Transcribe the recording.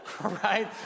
Right